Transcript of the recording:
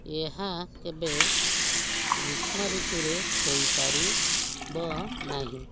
ଏହା କେବେ ଗ୍ରୀଷ୍ମ ଋତୁରେ ହୋଇପାରିବ ନାହିଁ